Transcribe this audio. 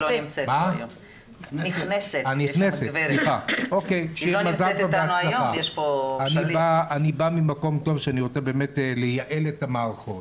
אני בא ממקום טוב שאני רוצה לייעל את המערכות.